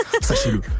sachez-le